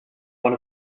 one